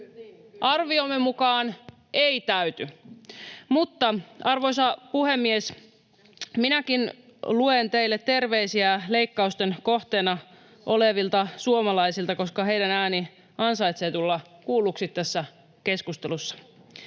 Arviomme mukaan ei täyty. Mutta, arvoisa puhemies, minäkin luen teille terveisiä leikkausten kohteena olevilta suomalaisilta, koska heidän äänensä ansaitsee tulla kuulluksi tässä keskustelussa.